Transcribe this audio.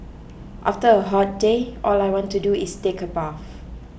after a hot day all I want to do is take a bath